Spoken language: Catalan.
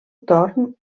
torn